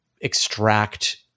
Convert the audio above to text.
extract